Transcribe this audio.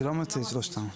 זה לא מוציא את שלושתם.